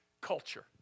culture